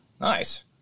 Nice